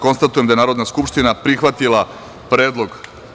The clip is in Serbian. Konstatujem da je Narodna skupština prihvatila predlog.